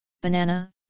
banana